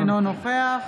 אינו נוכח